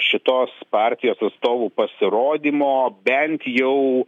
šitos partijos atstovų pasirodymo bent jau